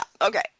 Okay